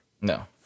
No